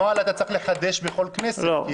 נוהל אתה צריך לחדש בכל כנסת, כי